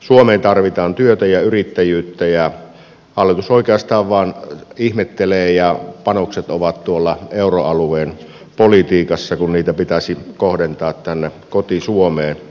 suomeen tarvitaan työtä ja yrittäjyyttä ja hallitus oikeastaan vain ihmettelee ja panokset ovat tuolla euroalueen politiikassa kun niitä pitäisi kohdentaa tänne koti suomeen